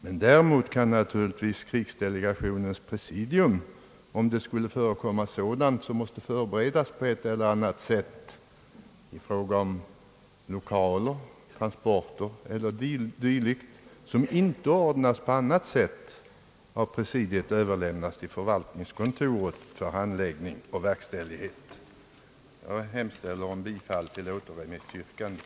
Men om det skulle förekomma sådant som måste förberedas i fråga om lokaler, transporter e. d., som inte ordnas på annat sätt, kan detta naturligtvis av krigsdelegationens presidium överlämnas till förvaltningskontoret för handläggning och verkställighet. Jag hemställer om bifall till återremissyrkandet.